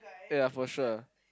ya for sure